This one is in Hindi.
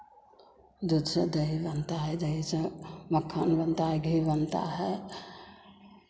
दूध से दही बनता है दही से मक्खन बनता है घी बनता है